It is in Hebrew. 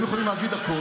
אפקטיבית.